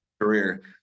career